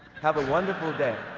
have a wonderful day.